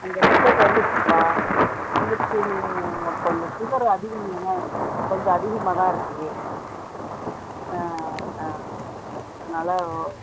அந்த ரிப்போர்ட் வந்துடுச்சுப்பா வந்துடுச்சு நீங்கள் கொஞ்சம் சுகர் அதிகமாதான் இருக்கு கொஞ்சம் அதிகமாதான் இருக்கு அதனால்